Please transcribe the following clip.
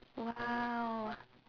!wow!